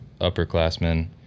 upperclassmen